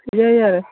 ꯏꯌꯥ ꯌꯥꯏ